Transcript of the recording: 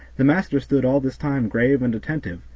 the master stood all this time grave and attentive,